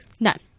None